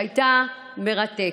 שהייתה מרתקת,